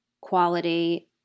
quality